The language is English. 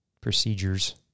procedures